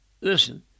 Listen